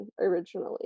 originally